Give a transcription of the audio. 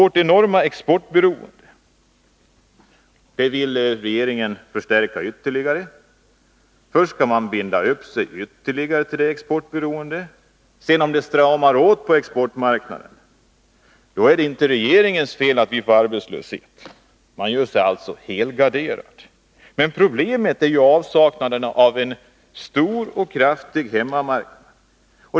Regeringen vill förstärka vårt enorma exportberoende. Först skall man binda upp sig ytterligare, och om det sedan stramar åt på exportmarknaden är det inte regeringens fel att vi får arbetslöshet. Man gör sig alltså helgarderad. Men problemet är ju avsaknaden av en stor och livskraftig hemmamarknad.